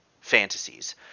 fantasies